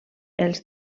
els